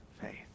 faith